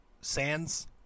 Sands